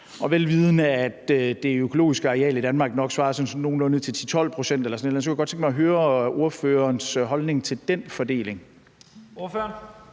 vel vidende at det økologiske areal i Danmark nok svarer nogenlunde til 10-12 pct. Jeg kunne godt tænke mig at høre ordførerens holdning til den fordeling.